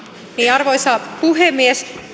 arvoisa puhemies